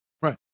Right